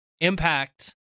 impact